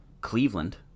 Cleveland